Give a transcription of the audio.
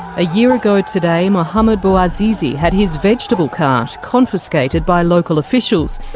a year ago today, mohamed bouazizi had his vegetable cart confiscated by local officials.